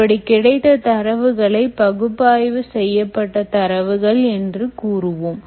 இப்படி கிடைத்த தரவுகளை பகுப்பாய்வு செய்யப்பட்ட தரவுகள் என்று கூறுவோம்